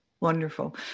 Wonderful